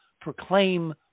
proclaim